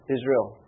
Israel